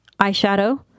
eyeshadow